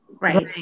right